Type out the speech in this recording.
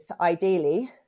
ideally